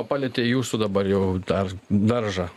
palietė jūsų dabar jau dar daržą